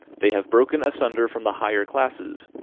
they have broken asunder from the higher classes,